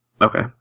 okay